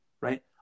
Right